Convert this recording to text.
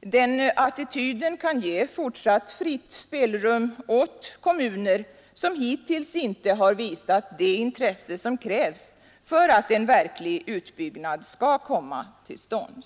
Den attityden kan ge fortsatt fritt spelrum åt kommuner som hittills inte har visat det intresse som krävs för att en verklig utbyggnad skall komma till stånd.